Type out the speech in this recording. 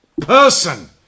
person